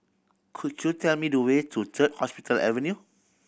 could you tell me the way to Third Hospital Avenue